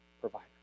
provider